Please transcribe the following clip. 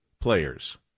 players